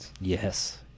Yes